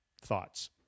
Thoughts